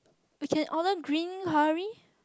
can order green curry